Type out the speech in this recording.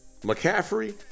McCaffrey